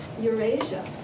Eurasia